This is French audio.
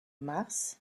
mars